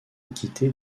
acquitté